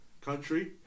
country